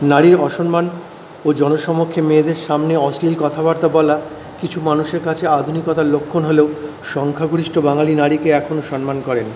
নারীর অসম্মান ও জনসমক্ষে মেয়েদের সামনে অশ্লীল কথাবার্তা বলা কিছু মানুষের কাছে আধুনিকতার লক্ষণ হলেও সংখ্যাগরিষ্ঠ বাঙালি নারীকে এখনও সম্মান করেন